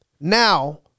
now